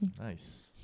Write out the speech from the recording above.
nice